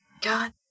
god